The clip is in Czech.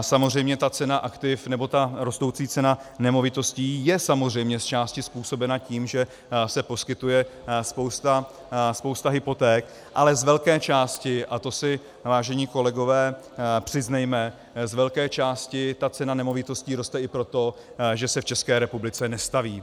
Samozřejmě že cena aktiv nebo rostoucí cena nemovitostí je zčásti způsobena tím, že se poskytuje spousta hypoték, ale z velké části, a to si, vážení kolegové, přiznejme, z velké části cena nemovitostí roste i proto, že se v České republice nestaví.